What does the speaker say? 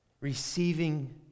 receiving